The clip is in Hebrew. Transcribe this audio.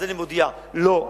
אז אני מודיע: לא.